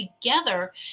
together